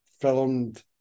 filmed